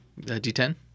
D10